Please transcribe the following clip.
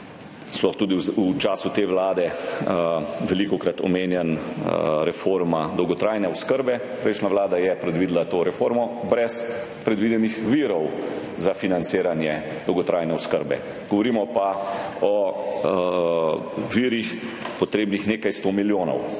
sploh tudi v času te vlade velikokrat omenjena reforma dolgotrajne oskrbe. Prejšnja vlada je predvidela to reformo brez predvidenih virov za financiranje dolgotrajne oskrbe. Govorimo pa o potrebnih virih nekaj 100 milijonov.